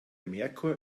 merkur